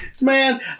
Man